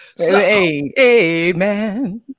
Amen